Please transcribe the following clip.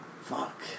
fuck